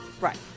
Right